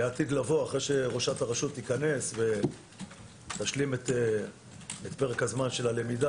לעתיד לבוא אחרי שראשת הרשות תיכנס ותשלים את פרק הזמן של הלמידה